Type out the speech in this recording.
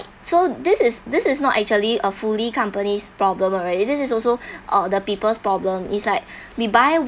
so this is this is not actually a fully company's problem already this is also uh the people's problem is like we buy